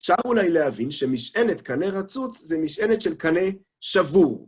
אפשר אולי להבין שמשענת קנה רצוץ זה משענת של קנה שבור.